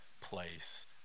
place